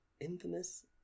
infamous